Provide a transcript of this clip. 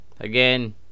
again